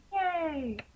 Yay